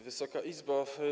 Wysoka Izbo!